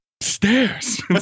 stairs